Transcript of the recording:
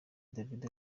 davido